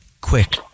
Quick